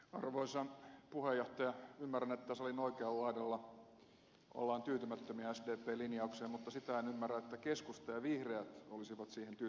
ymmärrän että salin oikealla laidalla ollaan tyytymättömiä sdpn linjaukseen mutta sitä en ymmärrä että keskusta ja vihreät olisivat siihen tyytymättömiä